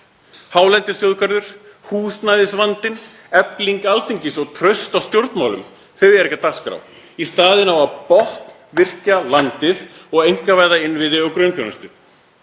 hálendisþjóðgarður, húsnæðisvandinn, efling Alþingis og traust á stjórnmálum er ekki á dagskrá. Í staðinn á að botnvirkja landið og einkavæða innviði og grunnþjónustu.